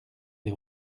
les